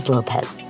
Lopez